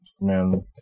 man